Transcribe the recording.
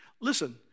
Listen